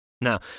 Now